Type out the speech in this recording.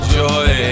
joy